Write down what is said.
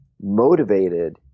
motivated